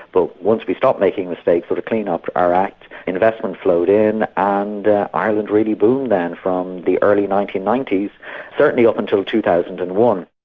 but once we stopped making mistakes, sort of cleaned up our act, investment flowed in and ireland really boomed then from the early nineteen ninety s certainly up until two thousand and one.